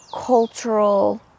cultural